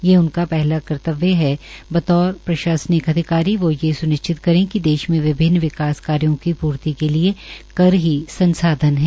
ये उनका पहला कर्त्तव्य है कि बतौर प्रशासनिक अधिकारी वो ये स्निश्चित करे कि देश में विभन्न विकाय कार्यो की पूर्ति के लिए कर ही संसाधन है